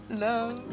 love